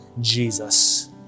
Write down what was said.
Jesus